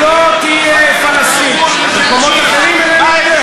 חבר הכנסת ילין, נא לשבת.